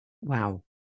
Wow